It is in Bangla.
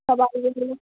সবার জন্যে